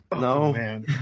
no